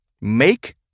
Make